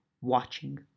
watching